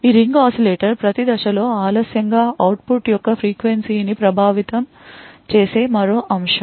ఈ ring oscillator ప్రతి దశ లో ఆలస్యం గా అవుట్ పుట్ యొక్క ఫ్రీక్వెన్సీ ని ప్రభావితం చేసే మరో అంశం